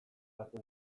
hartu